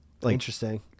Interesting